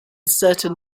certain